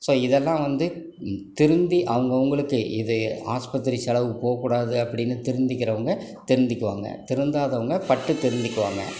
so இதெல்லாம் வந்து திருந்தி அவர்கவங்களுக்கு இது ஆஸ்பத்திரி செலவு போகக்கூடாது அப்படின்னு திருந்திக்கிறவங்கள் திருந்திக்குவாங்கள் திருந்தாதவங்கள் பட்டு திருந்திக்குவாங்கள்